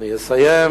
אסיים: